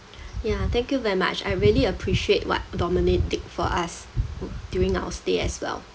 ya thank you very much I really appreciate what dominic did for us during our stay as well